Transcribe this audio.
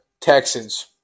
Texans